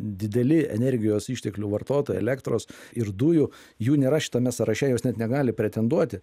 dideli energijos išteklių vartotojai elektros ir dujų jų nėra šitame sąraše jos net negali pretenduoti